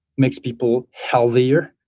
makes people healthier.